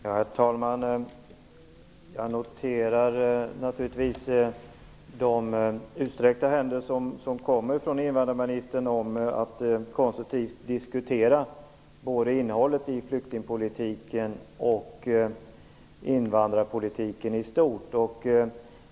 Herr talman! Jag noterar naturligtvis invandrarministerns utsträckta händer i fråga om att konstruktivt diskutera både innehållet i flyktingpolitiken och invandrarpolitiken i stort.